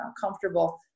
comfortable